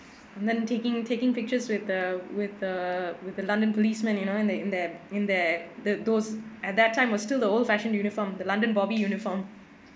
and then taking taking pictures with the with the with the london policeman you know in the in their in their the those at that time was still the old fashioned uniform the london bobby uniform